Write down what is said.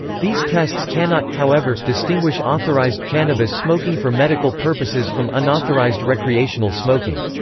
these tests cannot, however, distinguish authorized cannabis smoking for medical purposes from unauthorized recreational smoking.